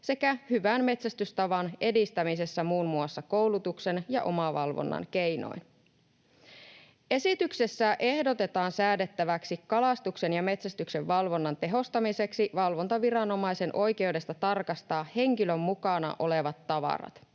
sekä hyvän metsästystavan edistämisessä muun muassa koulutuksen ja omavalvonnan keinoin. Esityksessä ehdotetaan säädettäväksi kalastuksen ja metsästyksen valvonnan tehostamiseksi valvontaviranomaisen oikeudesta tarkastaa henkilön mukana olevat tavarat.